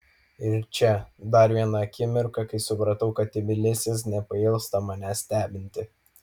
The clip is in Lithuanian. ir čia dar viena akimirka kai supratau kad tbilisis nepailsta manęs stebinti